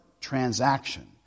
transaction